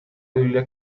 biblia